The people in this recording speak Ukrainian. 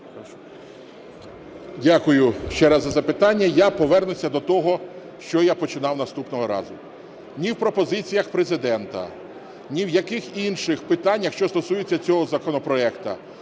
Дякую ще раз за запитання. Я повернуся до того, з чого я починав наступного разу. Ні в пропозиціях Президента, ні в яких інших питаннях, що стосуються цього законопроекту,